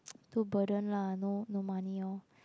too burden lah no no money orh